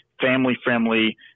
family-friendly